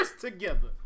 together